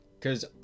Cause